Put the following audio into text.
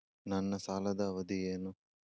ನನ್ನ ಸಾಲದ ಅವಧಿ ಏನು?